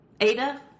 Ada